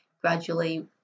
gradually